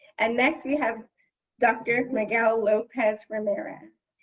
and next we have dr. miguel lopez ramirez.